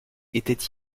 était